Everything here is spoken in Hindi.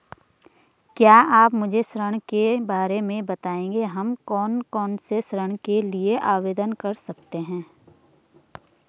क्या आप मुझे ऋण के बारे में बताएँगे हम कौन कौनसे ऋण के लिए आवेदन कर सकते हैं?